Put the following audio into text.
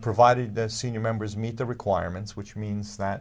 provided the senior members meet the requirements which means that